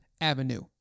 Avenue